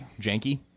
janky